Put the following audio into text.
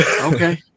Okay